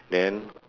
then